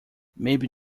maybe